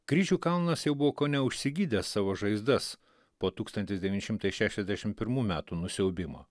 kryžių kalnas jau buvo kone užsigydęs savo žaizdas po tūkstantis devyni šimtai šešiasdešim pirmų metų nusiaubimo